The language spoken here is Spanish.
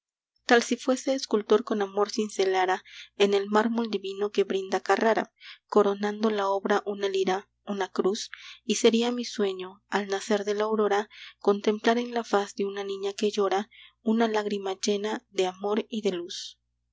tal si fuese escultor con amor cincelara en el mármol divino que brinda carrara coronando la obra una lira una cruz y sería mi sueño al nacer de la aurora contemplar en la faz de una niña que llora una lágrima llena de amor y de luz